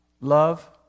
love